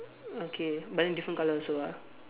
okay but then different colour also ah